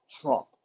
Trump